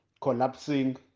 collapsing